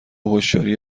هوشیاری